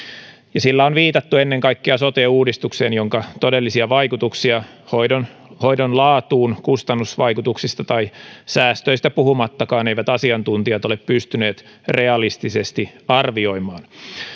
ja sillä on viitattu ennen kaikkea sote uudistukseen jonka todellisia vaikutuksia hoidon hoidon laatuun kustannusvaikutuksista tai säästöistä puhumattakaan eivät asiantuntijat ole pystyneet realistisesti arvioimaan